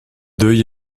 deuil